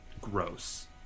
gross